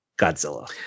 Godzilla